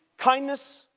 kindness,